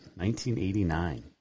1989